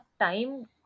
time